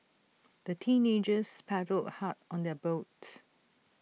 the teenagers paddled hard on their boat